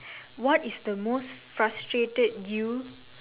what is the most frustrated you